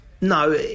no